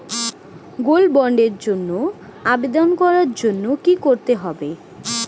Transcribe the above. Gold বন্ডের জন্য আবেদন করার জন্য কি করতে হবে?